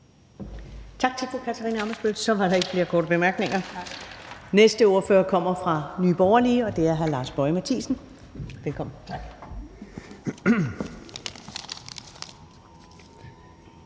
Tak til fru Katarina Ammitzbøll. Så er der ikke flere korte bemærkninger. Den næste ordfører kommer fra Nye Borgerlige, og det er hr. Lars Boje Mathiesen. Velkommen. Kl.